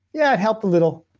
yeah, it helped a little.